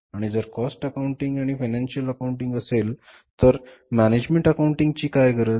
आणि जर cost accounting आणि फायनान्शिअल अकाउंटिंग असेल तर मॅनेजमेंट अकाउंटिंगची काय गरज